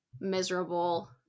miserable